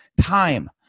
time